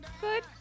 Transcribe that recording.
Good